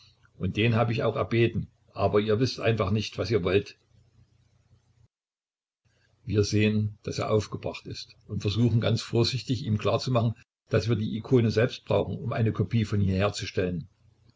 und den habe ich auch erbeten aber ihr wißt einfach nicht was ihr wollt wir sehen daß er aufgebracht ist und versuchen ganz vorsichtig ihm klarzumachen daß wir die ikone selbst brauchen um eine kopie von ihr herzustellen